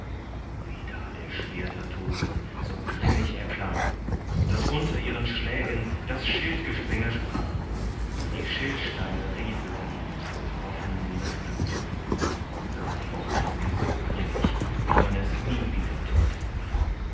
wie da der schwerter tosen so grimmig erklang daß unter ihren schlägen das schildgespänge sprang die schildsteine rieselten getroffen in das blut da fochten sie so grimmig wie man es nie wieder tut